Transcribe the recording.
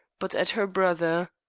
but at her brother.